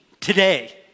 today